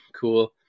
cool